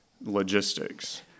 logistics